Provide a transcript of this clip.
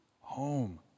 home